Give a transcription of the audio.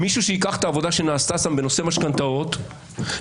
מישהו שייקח את העבודה שנעשתה שם בנושא משכנתאות וייקח